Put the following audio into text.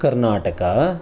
कर्णाटकः